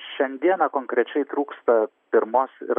šiandieną konkrečiai trūksta pirmos ir